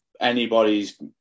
anybody's